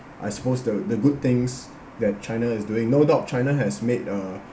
I suppose the the good things that china is doing no doubt china has made a